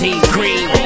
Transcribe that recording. green